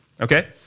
okay